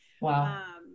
Wow